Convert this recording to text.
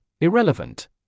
Irrelevant